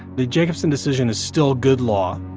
the jacobson decision is still good law.